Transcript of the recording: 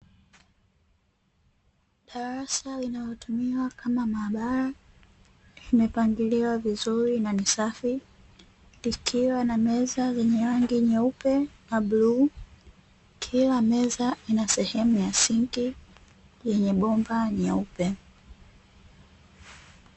Darasa linalotumiwa kama maabara, limepangiliwa vizuri na ni safi, likiwa na meza yenye rangi nyeupe na bluu; kila meza ina sehemu ya sinki yenye bomba jeupe .